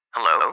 Hello